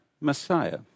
Messiah